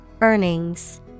Earnings